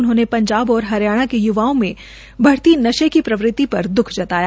उन्होंनें पंजाब और हरियाणा के युवाओं में बढ़ती नशे की प्रवृति पद द्ख जताया